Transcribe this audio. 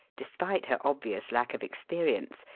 de spite her obvious lack of experience,